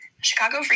Chicago